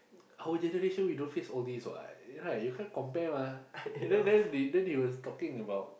our generation we don't face all these [what] right you can't compare mah then then they then he was talking about